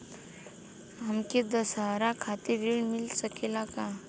हमके दशहारा खातिर ऋण मिल सकेला का?